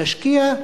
נשקיע,